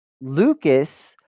Lucas